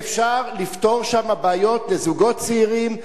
שאפשר לפתור שם בעיות לזוגות צעירים,